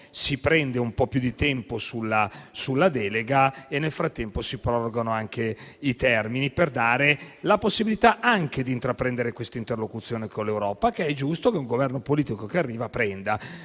si prende un po' più di tempo sulla delega e nel frattempo si prorogano i termini per dare anche la possibilità di intraprendere questa interlocuzione con l'Europa, che è giusto che un nuovo Governo politico intraprenda.